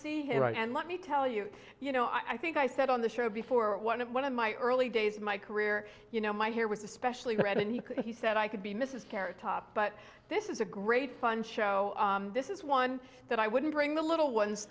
see him and let me tell you you know i think i said on the show before one of one of my early days of my career you know my hair was especially red and he said i could be mrs carrot top but this is a great fun show this is one that i wouldn't bring the little ones